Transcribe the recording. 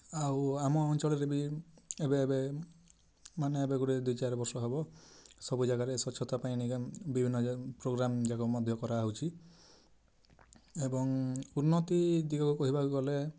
ଆଉ ଆମ ଅଞ୍ଚଳରେ ବି ଏବେ ଏବେ ମାନେ ଏବେ ଗୁଟେ ଦୁଇ ଚାରି ବର୍ଷ ହେବ ସବୁ ଜାଗାରେ ସ୍ୱଚ୍ଛତା ପାଇଁ ଏଇନିକା ବିଭିନ୍ନ ପୋଗ୍ରାମ୍ ଯାକ ମଧ୍ୟ କରା ହଉଛି ଏବଂ ଉନ୍ନତ୍ତି ଦିଗକୁ ହେବାକୁ ଗଲେ